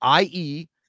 ie